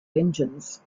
engines